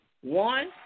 One